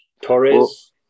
Torres